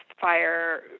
fire